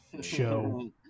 show